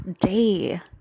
day